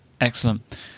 excellent